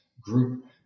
group